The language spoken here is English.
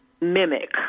mimic